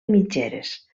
mitgeres